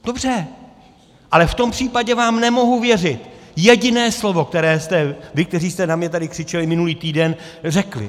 Dobře, ale v tom případě vám nemohu věřit jediné slovo, které jste vy, kteří jste na mě tady křičeli minulý týden, řekli.